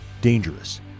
dangerous